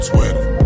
Twitter